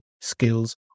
skills